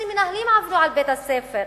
12 מנהלים עזבו את בית-הספר.